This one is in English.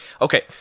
okay